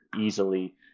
easily